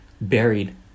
buried